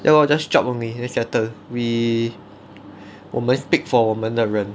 ya lor just chop only then settle we 我们 speak for 我们的人